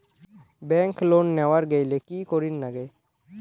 Bank loan নেওয়ার গেইলে কি করীর নাগে?